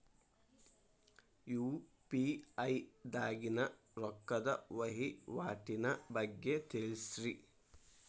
UPI ದಾಗಿನ ರೊಕ್ಕದ ವಹಿವಾಟಿನ ಬಗ್ಗೆ ತಿಳಸ್ರಿ